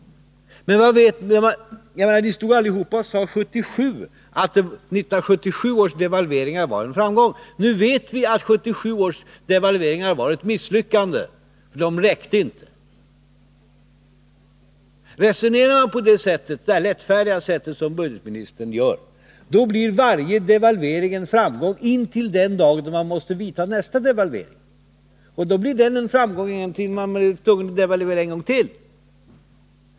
Ni stod allihop och sade 1977 att det årets devalveringar var en framgång. Nu vet vi att 1977 års devalveringar var ett misslyckande. De räckte inte. Resonerar man på det lättfärdiga sätt som budgetministern gör, blir varje devalvering en framgång till den dag då man måste vidta nästa devalvering, och denna blir en framgång tills man är tvungen att devalvera en gång till.